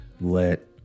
Let